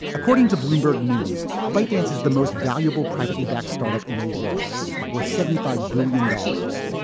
according to bloomberg news, byt dance is the most valuable privately backed startup in the world with seventy five billion dollars.